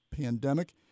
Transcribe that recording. pandemic